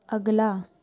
ਅਗਲਾ